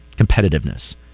competitiveness